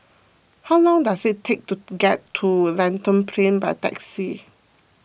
how long does it take to get to Lentor Plain by taxi